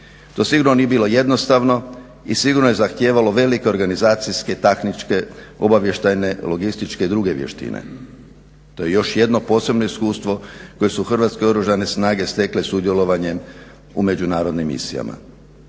To sigurno nije bilo jednostavno i sigurno je zahtijevalo velike organizacijske, tehničke, obavještajne, logističke i druge vještine. To je još jedno posebno iskustvo koje su Hrvatske oružane snage stekle sudjelovanjem u međunarodnim misijama.